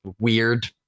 weird